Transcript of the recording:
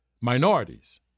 minorities